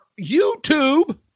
YouTube